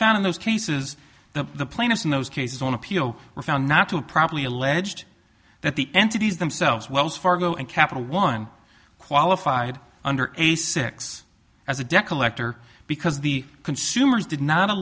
found in those cases the plaintiffs in those cases on appeal were found not to properly alleged that the entities themselves wells fargo and capital one qualified under a six as a deck elector because the consumers did not a